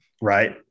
right